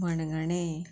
मणगणें